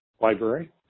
Library